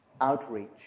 outreach